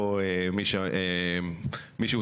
על מי שיש